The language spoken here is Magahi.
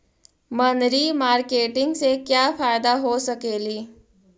मनरी मारकेटिग से क्या फायदा हो सकेली?